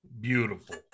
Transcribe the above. Beautiful